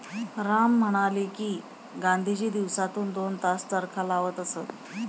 राम म्हणाले की, गांधीजी दिवसातून दोन तास चरखा चालवत असत